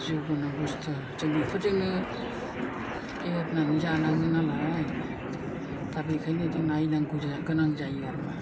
जिउ गोनां बस्तु जों बेफोरजोंनो फेहेरनानै जानाङो नालाय दा बेनिखायनो जों नायनांगौ जोंहा गोनां जायो आरोमा